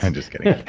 and just kidding